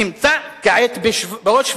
הנמצא כעת שם באושוויץ,